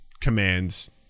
commands